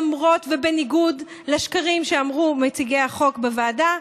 למרות ובניגוד לשקרים שאמרו נציגי החוק בוועדה,